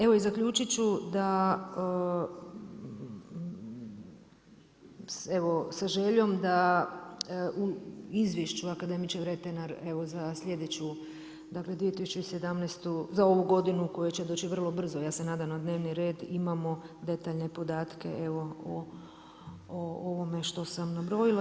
Evo i zaključit ću da, evo sa željom da u izvješću akademiče Vretenar evo za sljedeću, dakle 2017. za ovu godinu koja će doći vrlo brzo ja se nadam na dnevni red imamo detaljne podatke evo o ovome što sam nabrojila.